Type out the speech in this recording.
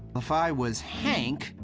if i was hank,